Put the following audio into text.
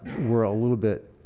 were a little bit